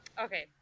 Okay